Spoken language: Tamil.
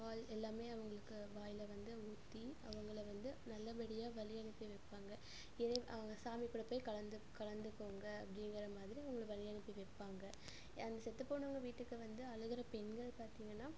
பால் எல்லாமே அவங்களுக்கு வாயில் வந்து ஊற்றி அவங்களை வந்து நல்லபடியாக வழி அனுப்பி வைப்பாங்க இறை அவங்க சாமி கூட போய் கலந்து கலந்துக்கோங்க அப்படீங்கிற மாதிரி அவங்கள வழி அனுப்பி வைப்பாங்க அந்த செத்துப்போனவங்க வீட்டுக்கு வந்து அழுகிற பெண்கள் பார்த்தீங்கன்னா